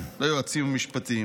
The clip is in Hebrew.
כל היועצים המשפטיים